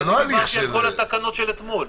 אני דיברתי על כל התקנות של אתמול.